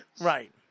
Right